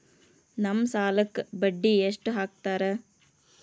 ನಮ್ ಸಾಲಕ್ ಬಡ್ಡಿ ಎಷ್ಟು ಹಾಕ್ತಾರ?